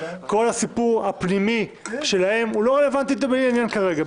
כל הסיפור הפנימי שלהם לא רלוונטי לעניין כרגע,